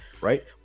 right